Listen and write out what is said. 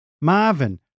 Marvin